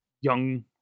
young